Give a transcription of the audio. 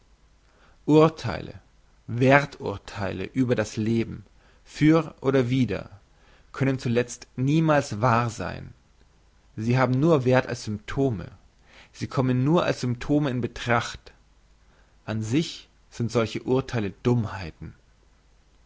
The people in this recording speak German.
urtheile werthurtheile über das leben für oder wider können zuletzt niemals wahr sein sie haben nur werth als symptome sie kommen nur als symptome in betracht an sich sind solche urtheile dummheiten